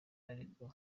ariko